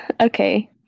Okay